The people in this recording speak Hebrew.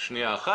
שנייה אחת.